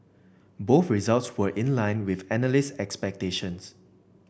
both results were in line with analyst expectations